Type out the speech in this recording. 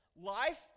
Life